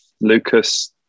Lucas